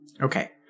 Okay